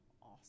awesome